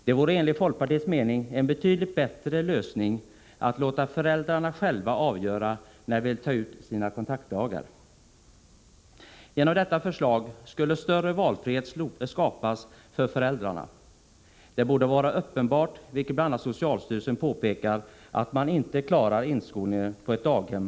Det vore enligt folkpartiets mening en betydligt bättre lösning att låta föräldrarna själva avgöra när de vill ta ut sina kontaktdagar. Genom detta förslag skulle större valfrihet skapas för föräldrarna. Det borde vara uppenbart, vilket bl.a. socialstyrelsen påpekar, att man inte på två dagar klarar inskolningen på ett daghem.